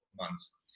months